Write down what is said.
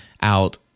out